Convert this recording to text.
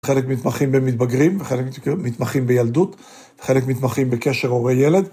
חלק מתמחים במתבגרים, חלק מתמחים בילדות, חלק מתמחים בקשר הורה ילד.